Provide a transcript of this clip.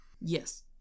Yes